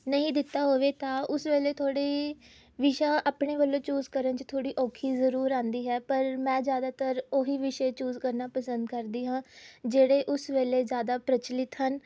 ਨਹੀਂ ਦਿੱਤਾ ਹੋਵੇ ਤਾਂ ਉਸ ਵੇਲੇ ਥੋੜ੍ਹੀ ਵਿਸ਼ਾ ਆਪਣੇ ਵੱਲੋਂ ਚੂਜ਼ ਕਰਨ 'ਚ ਥੋੜ੍ਹੀ ਔਖੀ ਜ਼ਰੂਰ ਆਉਂਦੀ ਹੈ ਪਰ ਮੈਂ ਜ਼ਿਆਦਾਤਰ ਉਹੀ ਵਿਸ਼ੇ ਚੂਜ਼ ਕਰਨਾ ਪਸੰਦ ਕਰਦੀ ਹਾਂ ਜਿਹੜੇ ਉਸ ਵੇਲੇ ਜ਼ਿਆਦਾ ਪ੍ਰਚਲਿਤ ਹਨ